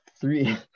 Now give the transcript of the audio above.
three